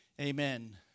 amen